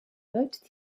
both